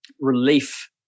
relief